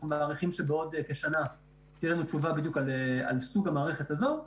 אנחנו מעריכים שבעוד כשנה תהיה לנו תשובה בדיוק על סוג המערכת הזו.